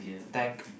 thank